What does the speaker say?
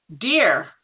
dear